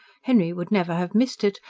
henry would never have missed it,